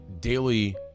daily